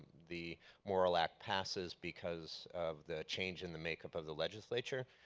the morrill act passes because of the change and the makeup of the legislature,